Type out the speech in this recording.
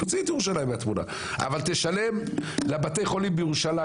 תוציא את ירושלים מהתמונה אבל תשלם לבתי החולים בירושלים